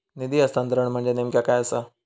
निधी हस्तांतरण म्हणजे नेमक्या काय आसा?